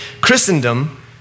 Christendom